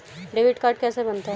Debit card कैसे बनता है?